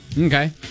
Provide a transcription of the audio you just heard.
okay